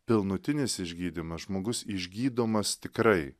pilnutinis išgydymas žmogus išgydomas tikrai